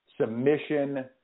submission